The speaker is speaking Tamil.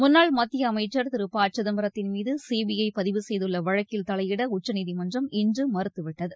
முன்னாள் மத்திய அமைச்சர் திரு ப சிதம்பரத்தின் மீது சிபிஐ பதிவு செய்துள்ள வழக்கில் தலையிட உச்சநீதிமன்றம் இன்று மறுத்துவிட்டது